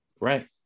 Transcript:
Right